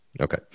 okay